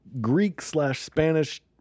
Greek-slash-Spanish-